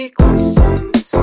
questions